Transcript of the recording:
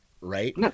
Right